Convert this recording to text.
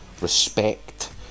respect